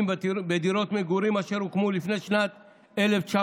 בדירות מגורים אשר הוקמו לפני שנת 1992,